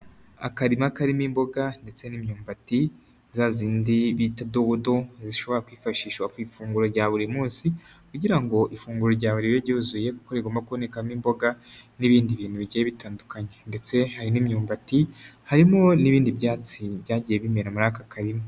Akarima karimo imboga ndetse n'imyumbati za zindi bita dodo zishobora kwifashishwa ku ifunguro rya buri munsi kugira ngo ifunguro ryawe ribe ryuzuye, kuko rigomba kubonekamo imboga n'ibindi bintu bigiye bitandukanye ndetse hari n'imyumbati harimo n'ibindi byatsi byagiye bimera muri aka karima.